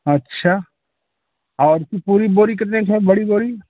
अच्छा और इसकी पूरी बोरी कितने की है बड़ी बोरी